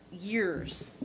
years